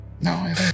no